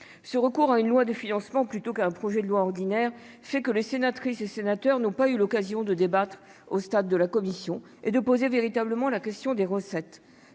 ce recours à une loi de financement plutôt qu'un projet de loi ordinaire, fait que les sénatrices et sénateurs n'ont pas eu l'occasion de débattre au stade de la commission et de poser véritablement la question des recettes.